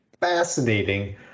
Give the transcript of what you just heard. fascinating